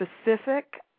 specific